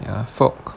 ya folk